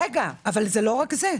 רגע, אבל זה לא רק זה.